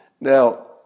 Now